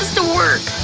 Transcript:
to work.